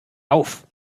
auf